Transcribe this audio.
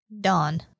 Dawn